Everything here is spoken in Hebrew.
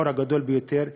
החור הגדול ביותר,